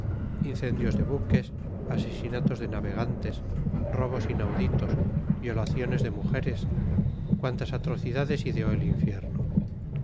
incendios de buques asesinatos de navegantes robos inauditos violaciones de mujeres cuantas atrocidades ideó el infierno